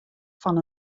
fan